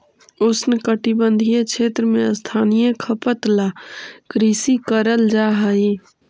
उष्णकटिबंधीय क्षेत्र में स्थानीय खपत ला कृषि करल जा हई